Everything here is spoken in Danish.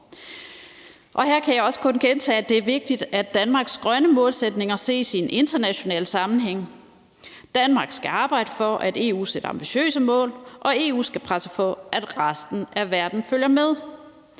år. Her kan jeg også kun gentage, at det er vigtigt, at Danmarks grønne målsætninger ses i en international sammenhæng. Danmark skal arbejde for, at EU sætter ambitiøse mål, og EU skal presse på for, at resten af verden følger med.